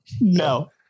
No